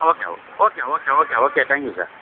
okay okay okay okay okay okay thank you sir